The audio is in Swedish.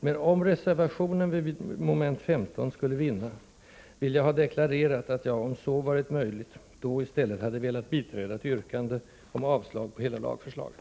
Men om reservationen vid mom. 15 skulle vinna, vill jag ha deklarerat att jag — om så varit möjligt — i stället hade velat biträda ett yrkande om avslag på hela lagförslaget.